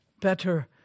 better